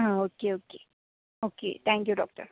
ആ okay okay okay thank you doctor